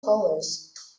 colours